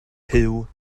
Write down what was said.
puw